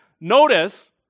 Notice